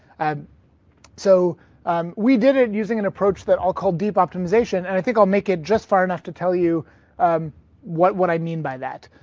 and so um we did it using an approach that i'll call deep optimization. and i think i'll make it just far enough to tell you what what i mean by that.